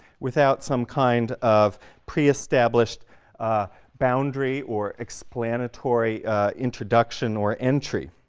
without some kind of pre-established boundary or explanatory introduction or entry.